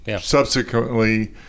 subsequently